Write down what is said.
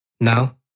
Now